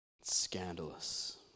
Scandalous